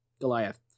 Goliath